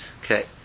Okay